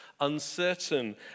uncertain